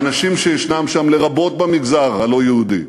ואנשים שישנם שם, לרבות במגזר הלא-יהודי,